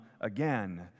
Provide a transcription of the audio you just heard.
again